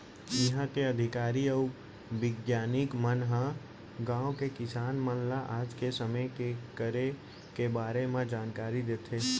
इहॉं के अधिकारी अउ बिग्यानिक मन ह गॉंव के किसान मन ल आज के समे के करे के बारे म जानकारी देथे